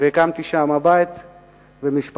והקמתי שם בית ומשפחה.